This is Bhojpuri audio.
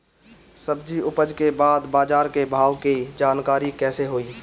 सब्जी उपज के बाद बाजार के भाव के जानकारी कैसे होई?